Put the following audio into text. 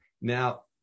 now